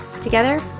Together